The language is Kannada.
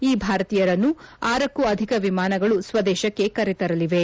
ಈ ಭಾರತೀಯರನ್ನು ಆರಕ್ಕೂ ಅಧಿಕ ವಿಮಾನಗಳು ಸ್ವದೇಶಕ್ಕೆ ಕರೆತರಲಿವೆ